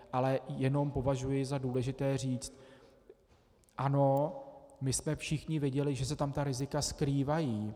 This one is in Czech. Ale jenom považuji za důležité říct ano, my jsme všichni věděli, že se tam ta rizika skrývají.